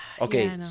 okay